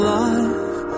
life